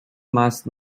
más